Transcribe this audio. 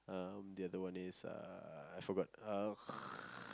um the other one is uh I forgot uh